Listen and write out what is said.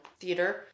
theater